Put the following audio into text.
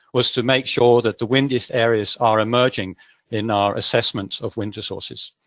was to make sure that the windiest areas are emerging in our assessment of wind resources.